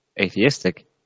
atheistic